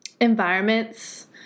environments